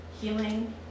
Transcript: healing